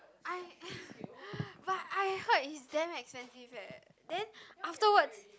I but I heard it's damn expensive eh then afterwards